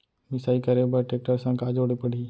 मिसाई करे बर टेकटर संग का जोड़े पड़ही?